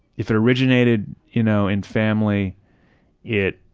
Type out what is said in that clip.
if it originated you know in family it